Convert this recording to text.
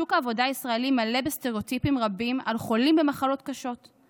שוק העבודה הישראלי מלא בסטריאוטיפים רבים על חולים במחלות קשות.